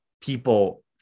people